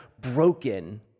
broken